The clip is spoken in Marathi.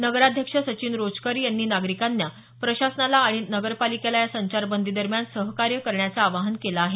नगराध्यक्ष सचिन रोचकरी यांनी नागरिकांनी प्रशासनाला आणि नगरपालिकेला या संचारबंदी दरम्यान सहकार्य करण्याचं आवाहन केलं आहे